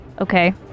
Okay